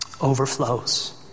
overflows